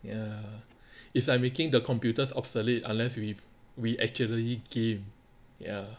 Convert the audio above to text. ya it's like making the computers obsolete unless we we actually game ya